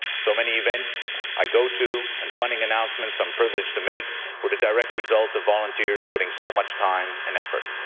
so many events i go to and funding announcement so i'm privileged to make were the direct result of volunteers putting so much time and effort.